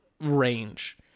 range